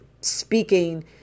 speaking